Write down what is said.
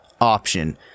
option